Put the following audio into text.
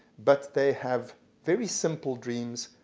but they have very simple dreams,